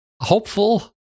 hopeful